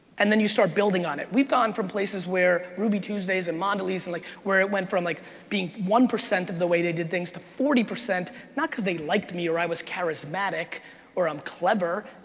and then you start building on it. we've gone from places where ruby tuesdays and mondelez and like where it went from like being one percent of the way they did things to forty, not cause they liked me or i was charismatic or i'm clever,